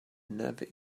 never